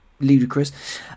ludicrous